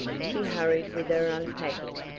she hurried with her unpacking,